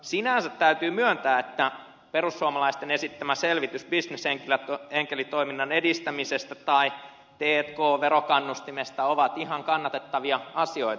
sinänsä täytyy myöntää että perussuomalaisten esittämät selvitykset bisnesenkelitoiminnan edistämisestä tai t k verokannustimesta ovat ihan kannatettavia asioita